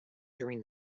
during